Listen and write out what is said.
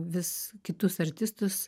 vis kitus artistus